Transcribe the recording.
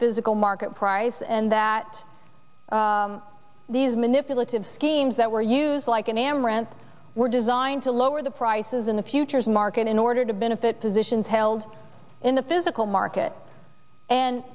physical market price and that these manipulative schemes that were used like an am rents were designed to lower the prices in the futures market in order to benefit positions held in the physical market and